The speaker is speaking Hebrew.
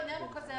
העניין הוא כזה,